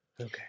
Okay